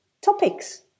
topics